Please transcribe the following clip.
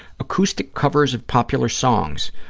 acoustic covers of popular songs,